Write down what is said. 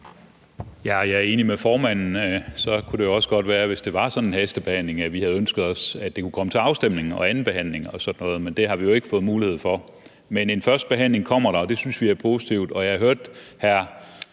Jeg er enig med formanden. Hvis det var sådan en hastebehandling, kunne det godt være, at vi havde ønsket os, at det kunne komme til afstemning og anden behandling og sådan noget, men det har vi jo ikke fået mulighed for. Men en førstebehandling kommer der, og det synes vi er positivt. Jeg hørte hr.